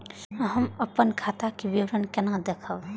हम अपन खाता के विवरण केना देखब?